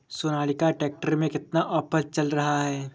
Sonalika tractor में कितना offer चल रहा है?